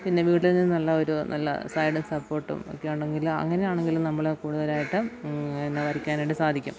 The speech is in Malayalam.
പിന്നെ വീട്ടിൽ നിന്നുള്ള ഒരു നല്ല സൈഡും സപ്പോർട്ടും ഒക്കെ ഉണ്ടെങ്കിൽ അങ്ങനെ ആണെങ്കിലും നമ്മൾ കൂടുതലായിട്ട് പിന്നെ വരക്കാനായിട്ട് സാധിക്കും